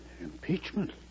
Impeachment